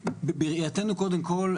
בראייתנו קודם כל,